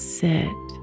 sit